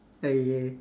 okay